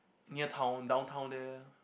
near town downtown there